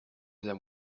than